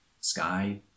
sky